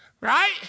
Right